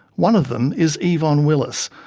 one of them is evon willis,